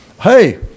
Hey